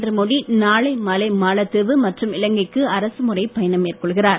நரேந்திரமோடி நாளை மாலை மாலத்தீவு மற்றும் இலங்கைக்கு அரசுழறைப் பயணம் மேற்கொள்கிறார்